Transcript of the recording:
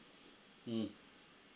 mm